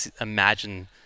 imagine